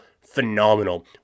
phenomenal